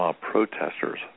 protesters